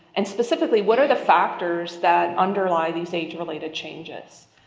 and specifically what are the factors that underlie these age-related changes.